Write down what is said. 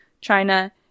China